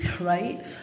right